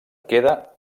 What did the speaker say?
queda